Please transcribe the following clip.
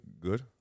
good